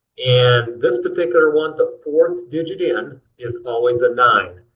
and this particular one the fourth digit in is always a nine.